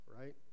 right